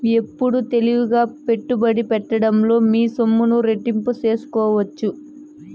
ఎప్పుడు తెలివిగా పెట్టుబడి పెట్టడంలో మీ సొమ్ములు రెట్టింపు సేసుకోవచ్చు